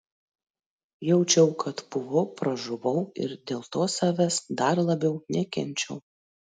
jaučiau kad pūvu pražuvau ir dėl to savęs dar labiau nekenčiau